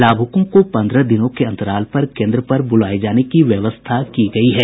लाभुकों को पन्द्रह दिनों के अंतराल पर केन्द्र पर बुलाये जाने की व्यवस्था की गयी है